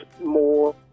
more